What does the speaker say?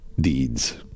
deeds